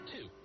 Two